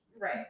Right